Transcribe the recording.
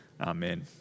Amen